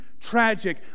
tragic